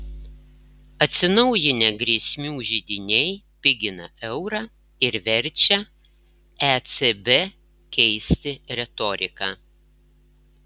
atsinaujinę grėsmių židiniai pigina eurą ir verčia ecb keisti retoriką